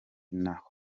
naho